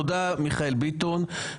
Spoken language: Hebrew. תודה, מיכאל ביטון.